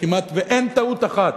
כמעט שאין טעות אחת